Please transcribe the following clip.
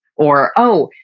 or oh,